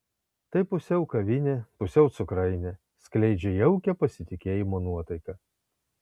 tai pusiau kavinė pusiau cukrainė skleidžia jaukią pasitikėjimo nuotaiką